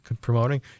promoting